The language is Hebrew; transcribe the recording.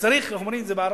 איך אומרים את זה בערבית?